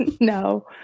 no